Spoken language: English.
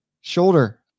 shoulder